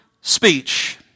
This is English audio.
speech